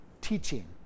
teaching